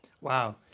Wow